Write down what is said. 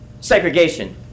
segregation